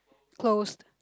clothes